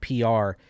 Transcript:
PR